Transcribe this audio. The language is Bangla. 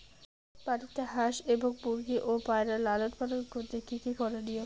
বাড়িতে হাঁস এবং মুরগি ও পায়রা লালন পালন করতে কী কী করণীয়?